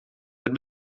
het